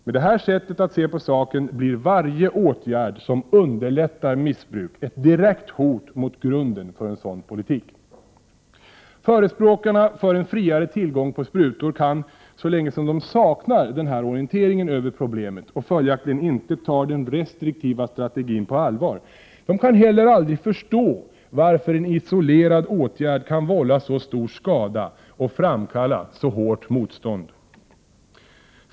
Med det här sättet att se på saken blir varje åtgärd som underlättar missbruk ett direkt hot mot grunden för en sådan politik. Förespråkarna för en friare tillgång på sprutor kan, så länge som de saknar denna orientering över problemet och följaktligen inte tar den restriktiva strategin på allvar, heller aldrig förstå varför en isolerad åtgärd kan vålla så stor skada och framkalla så hårt motstånd.